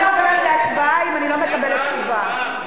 אני עוברת להצבעה אם אני לא מקבלת תשובה.